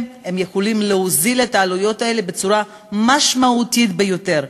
הם יכולים להוזיל את העלויות האלה בצורה משמעותית ביותר.